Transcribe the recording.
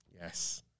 Yes